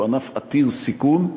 שהוא ענף עתיר סיכון,